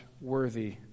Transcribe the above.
worthy